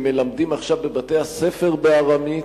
הם מלמדים עכשיו בבתי-הספר בארמית,